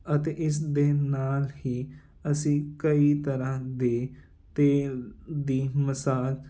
ਅਤੇ ਇਸ ਦੇ ਨਾਲ ਹੀ ਅਸੀਂ ਕਈ ਤਰ੍ਹਾਂ ਦੇ ਤੇਲ ਦੀ ਮਸਾਜ